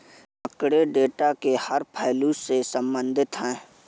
आंकड़े डेटा के हर पहलू से संबंधित है